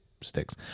sticks